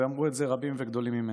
ואמרו את זה רבים וגדולים ממני.